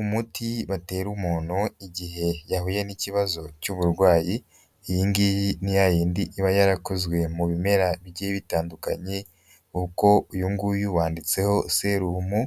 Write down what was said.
Umuti batera umuntu igihe yahuye n'ikibazo cy'uburwayi, iyi ngiyi ni ya yindi iba yarakozwe mu bimera bigiye bitandukanye, uko uyu nguyu wanditseho serumu